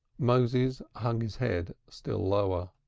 moses hung his head still lower.